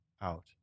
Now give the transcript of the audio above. out